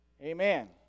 Amen